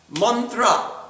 mantra